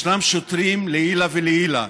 ישנם שוטרים לעילא ולעילא.